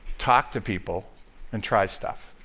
talk to people and try stuff,